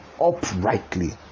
uprightly